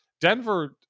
Denver